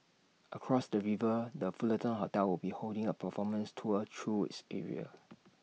across the river the Fullerton hotel will be holding A performance tour through its area